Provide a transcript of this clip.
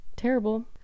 terrible